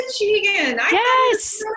Yes